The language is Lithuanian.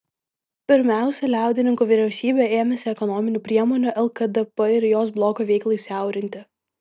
pirmiausia liaudininkų vyriausybė ėmėsi ekonominių priemonių lkdp ir jos bloko veiklai siaurinti